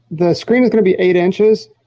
the screen is going to be eight inches.